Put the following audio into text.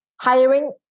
hiring